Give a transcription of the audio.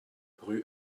rue